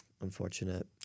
Unfortunate